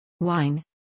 Wine